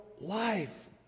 life